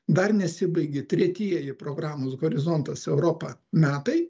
dar nesibaigė tretieji programos horizontas europa metai